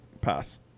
pass